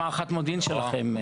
מהי הערכת המודיעין שלכם?